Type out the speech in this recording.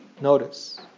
notice